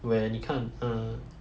where 你看 err